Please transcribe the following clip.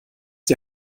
die